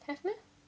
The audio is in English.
have meh